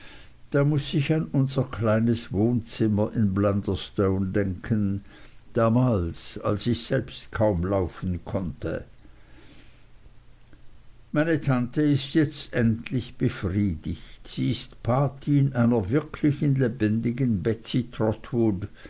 da muß ich an unser kleines wohnzimmer in blunderstone denken damals als ich selbst kaum laufen konnte meine tante ist jetzt endlich befriedigt sie ist patin einer wirklichen lebendigen